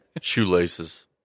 Shoelaces